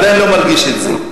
עדיין לא מרגיש את זה.